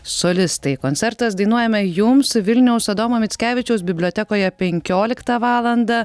solistai koncertas dainuojame jums vilniaus adomo mickevičiaus bibliotekoje penkioliktą valandą